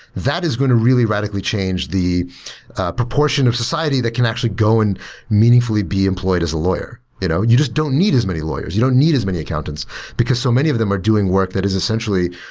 that is going to really radically change the proportion of society that can actually go and meaningfully be employed as a lawyer. you know you just don't need as many lawyers. you don't need as many accountants because so many of them are doing work that is essentially